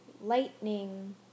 lightning